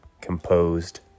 composed